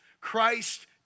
Christ